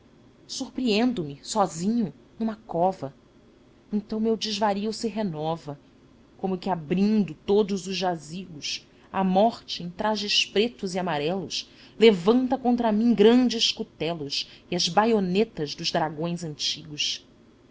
surpreendo me sozinho numa cova então meu desvario se renova como que abrindo todos os jazigos a morte em trajes pretos e amarelos levanta contra mim grandes cutelos e as baionetas dos dragões antigos